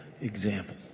example